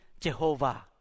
Jehovah